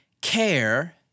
care